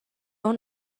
اون